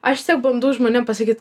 aš vis tiek bandau žmonėm pasakyt